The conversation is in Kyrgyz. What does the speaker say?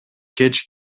кеч